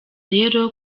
rero